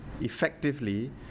effectively